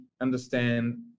understand